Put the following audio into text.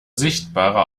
sichtbare